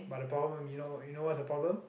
but the problem you know you know what's the problem